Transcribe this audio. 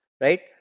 right